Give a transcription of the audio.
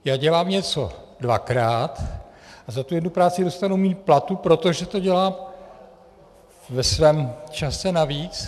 Já dělám něco dvakrát a za tu jednu práci dostanu míň platu, protože to dělám ve svém čase navíc.